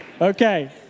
Okay